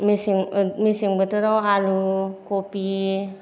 मेसें मेसें बोथोराव आलु कबि